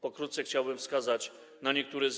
Pokrótce chciałbym wskazać na niektóre z nich.